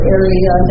area